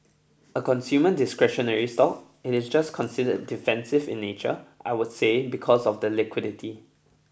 a consumer discretionary stock it is just considered defensive in nature I would say because of the liquidity